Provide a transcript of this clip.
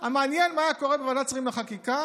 מעניין מה היה קורה בוועדת השרים לענייני חקיקה